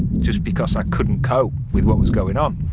just because i couldn't cope with what was going on,